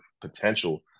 potential